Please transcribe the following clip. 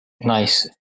Nice